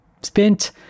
spent